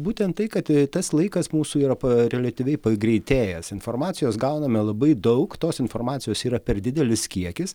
būtent tai kad tas laikas mūsų yra pa reliatyviai pagreitėjęs informacijos gauname labai daug tos informacijos yra per didelis kiekis